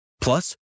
Plus